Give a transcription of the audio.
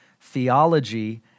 theology